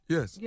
Yes